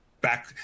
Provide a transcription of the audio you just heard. back